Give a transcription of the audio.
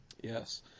Yes